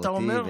אותי,